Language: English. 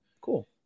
Cool